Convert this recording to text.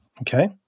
Okay